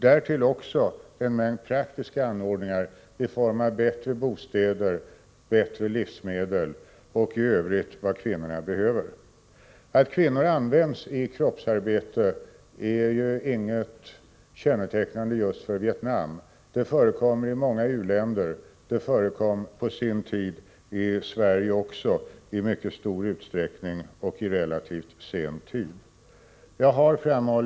Därtill har vi också diskuterat en mängd praktiska anordningar i form av bättre bostäder och bättre livsmedel samt vad kvinnorna i övrigt behöver. Att kvinnor används i kroppsarbete är inget kännetecken för just Vietnam. Det förekommer i många u-länder. Det förekom på sin tid också i Sverige — i mycket stor utsträckning och relativt sent.